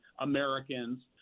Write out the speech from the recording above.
Americans